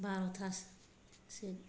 बार'थासो